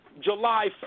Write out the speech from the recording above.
July